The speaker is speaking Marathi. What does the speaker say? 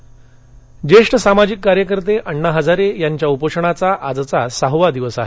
हजारे ज्येष्ठ सामाजिक कार्यकर्ते अण्णा हजारे यांच्या उपोषणाचा आजचा सहावा दिवस आहे